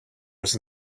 was